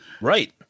Right